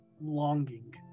longing